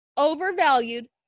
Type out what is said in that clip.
overvalued